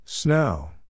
Snow